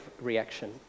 reaction